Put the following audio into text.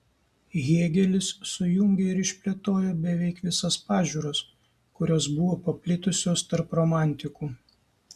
hėgelis sujungė ir išplėtojo beveik visas pažiūras kurios buvo paplitusios tarp romantikų